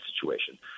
situation